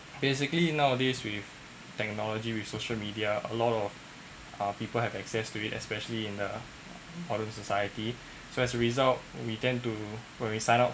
basically nowadays with technology with social media a lot of uh people have access to it especially in the modern society so as result we tend to when we sign up